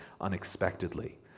unexpectedly